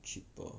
cheaper